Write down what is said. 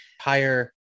higher